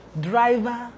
driver